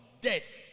death